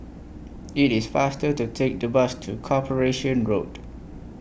IT IS faster to Take The Bus to Corporation Road